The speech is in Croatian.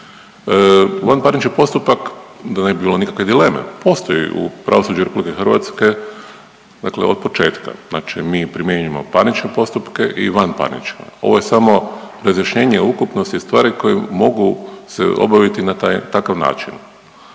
Vanparnični postupak da ne bi bilo nikakve dileme postoji u pravosuđu Republike Hrvatske, dakle od početka. Znači mi primjenjujemo parnične postupke i vanparnične. Ovo je samo razjašnjenje ukupnosti stvari koje mogu se obaviti na taj, takav način.